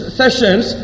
sessions